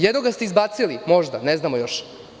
Jednoga ste izbacili, možda, ne znamo još.